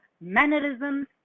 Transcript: mannerisms